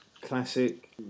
classic